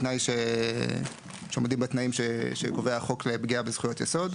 בתנאי שעומדים בתנאים שקובע החוק לפגיעה בזכויות יסוד.